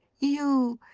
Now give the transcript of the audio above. you!